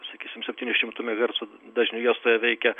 sakysim septynių šimtų megahercų dažnių juostoje veikia